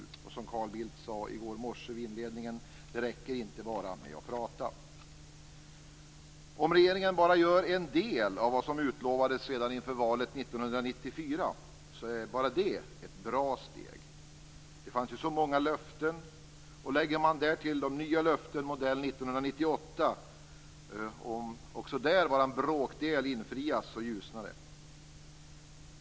Det är som Carl Bildt sade vid inledningen i går morse: Det räcker inte att bara prata. Om regeringen bara gör en del av det som utlovades inför valet 1994 så är redan det ett bra steg. Det fanns ju så många löften. Därtill kan läggas de nya löftena modell 1998. Också där gäller att om bara bråkdel infrias så ljusnar det.